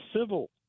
civil